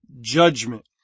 judgment